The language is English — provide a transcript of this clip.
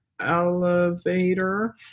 Elevator